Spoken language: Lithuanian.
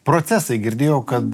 procesai girdėjau kad